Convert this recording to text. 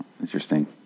Interesting